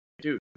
dude